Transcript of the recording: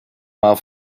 maal